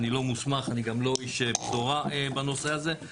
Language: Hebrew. אני לא מוסמך אני גם לא איש בשורה בנושא הזה,